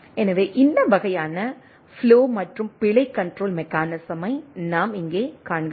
எனவே இந்த வகையான ஃப்ளோ மற்றும் பிழை கண்ட்ரோல் மெக்கானிசமை நாம் இங்கே காண்கிறோம்